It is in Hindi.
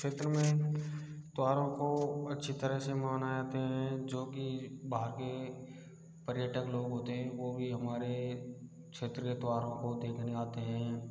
क्षेत्र में त्यौहारों को अच्छी तरह से मनाते हैं जो कि बाहर के पर्यटक लोग होते हैं वो भी हमारे क्षेत्र के त्यौहारों को देखने आते हैं